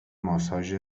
ماساژ